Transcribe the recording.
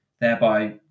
thereby